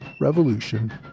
Revolution